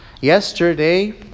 Yesterday